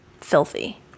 filthy